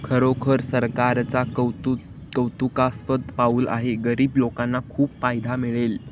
खरोखर सरकारचा कौतुक कौतुकास्पद पाऊल आहे गरीब लोकांना खूप फायदा मिळेल